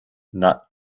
not